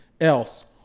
else